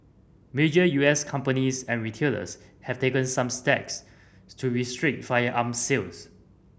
major U S companies and retailers have taken some steps to restrict firearm sales